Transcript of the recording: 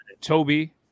Toby